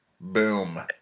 Boom